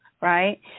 right